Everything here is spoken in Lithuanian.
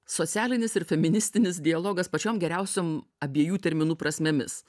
socialinis ir feministinis dialogas pačiom geriausiom abiejų terminų prasmėmis